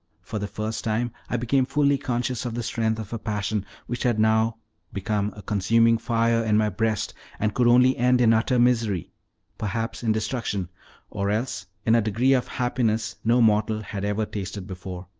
for the first time i became fully conscious of the strength of a passion which had now become a consuming fire in my breast, and could only end in utter misery perhaps in destruction or else in a degree of happiness no mortal had ever tasted before.